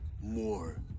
more